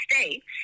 states